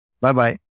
Bye-bye